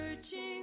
searching